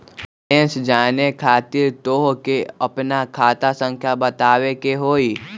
Balance जाने खातिर तोह के आपन खाता संख्या बतावे के होइ?